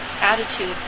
attitude